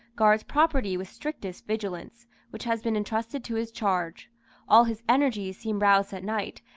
guards property with strictest vigilance, which has been entrusted to his charge all his energies seem roused at night,